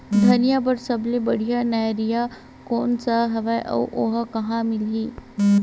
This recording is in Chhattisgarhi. धनिया बर सब्बो ले बढ़िया निरैया कोन सा हे आऊ ओहा कहां मिलथे?